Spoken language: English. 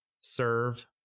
serve